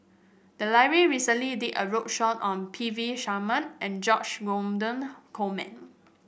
the library recently did a roadshow on P V Sharma and George Dromgold Coleman